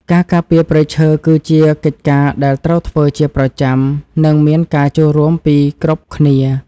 ការការពារព្រៃឈើ គឺជាកិច្ចការដែលត្រូវធ្វើជាប្រចាំ និងមានការចូលរួមពីគ្រប់គ្នា។